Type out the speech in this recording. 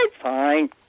fine